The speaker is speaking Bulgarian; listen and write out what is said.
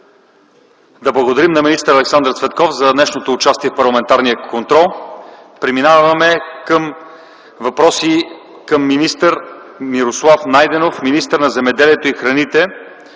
Да благодарим на министър Александър Цветков за днешното участие в парламентарния контрол. Преминаваме към въпроси към министъра на земеделието и храните